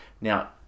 now